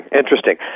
interesting